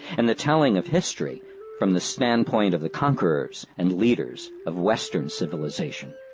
and the telling of history from the standpoint of the conquerors and leaders of western civilization.